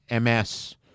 MS